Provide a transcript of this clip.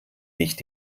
nicht